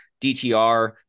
DTR